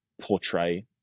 portray